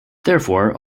therefore